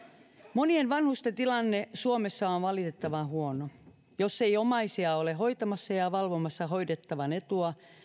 monien vanhusten tilanne suomessa on on valitettavan huono jos ei omaisia ole hoitamassa ja ja valvomassa hoidettavan etua